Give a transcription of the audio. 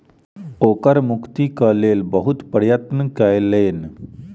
ओ कर मुक्तिक लेल बहुत प्रयत्न कयलैन